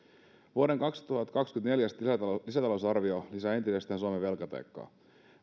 vuoden kaksituhattakaksikymmentä neljäs lisätalousarvio lisää entisestään suomen velkataakkaa